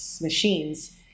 Machines